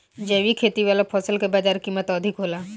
जैविक खेती वाला फसल के बाजार कीमत अधिक होला